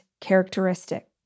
characteristic